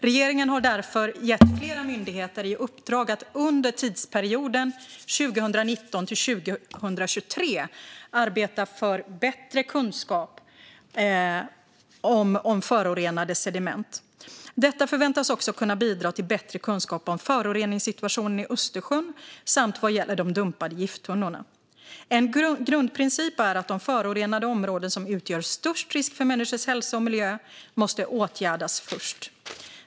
Regeringen har därför gett flera myndigheter i uppdrag att under tidsperioden 2019-2023 arbeta för bättre kunskap om förorenade sediment. Detta förväntas också kunna bidra till bättre kunskap om föroreningssituationen i Östersjön samt vad gäller de dumpade gifttunnorna. En grundprincip är att de förorenade områden som utgör störst risk för människors hälsa och miljö måste åtgärdas först.